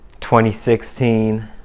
2016